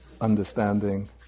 understanding